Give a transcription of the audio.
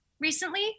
recently